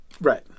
Right